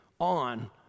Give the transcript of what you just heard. on